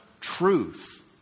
truth